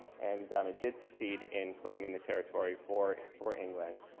and he did succeed in claiming the territory for for england.